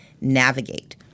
navigate